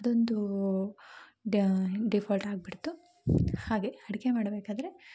ಅದೊಂದು ಡೀಫಾಲ್ಟ್ ಆಗಿಬಿಡ್ತು ಹಾಗೇ ಅಡ್ಗೆ ಮಾಡಬೇಕಾದ್ರೆ